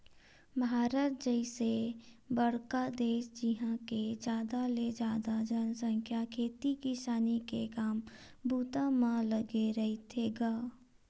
भारत जइसे बड़का देस जिहाँ के जादा ले जादा जनसंख्या खेती किसानी के काम बूता म लगे रहिथे गा